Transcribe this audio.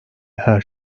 her